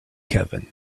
kevin